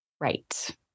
Right